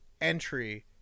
entry